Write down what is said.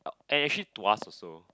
and actually to us also